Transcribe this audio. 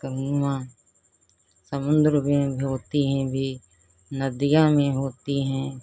कन्ना समुंद्र में होती हैं भी नदियाँ में होती हैं